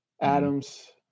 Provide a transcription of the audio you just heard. Adams